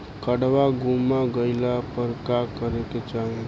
काडवा गुमा गइला पर का करेके चाहीं?